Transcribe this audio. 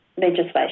legislation